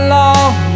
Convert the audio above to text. long